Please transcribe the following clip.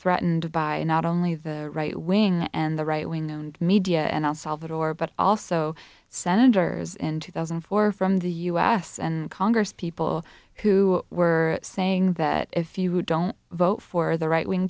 threatened by not only the right wing and the right wing media and all salvador but also senators in two thousand and four from the u s and congo people who were saying that if you don't vote for the right wing